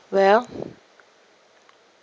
well